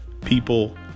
people